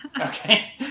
okay